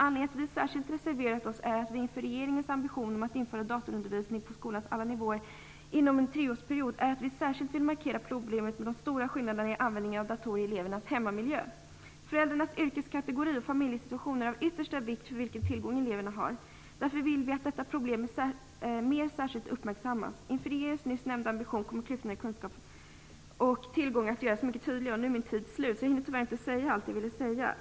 Anledningen till att vi reserverat oss är att vi inför regeringens ambition om att införa datorundervisning på skolans alla nivåer inom en treårsperiod särskilt vill markera problemet med de stora skillnaderna i användning av datorer i elevernas hemmiljö. Föräldrarnas yrkeskategori och familjesituationen är av yttersta vikt för vilken tillgång eleverna har. Därför vill vi att detta problem får mer särskild uppmärksamhet. Inför regeringens nyss nämnda ambition kommer klyftorna i kunskap och tillgång att göras mycket tydliga. Nu är min taletid slut, så jag hinner tyvärr inte säga allt jag ville säga.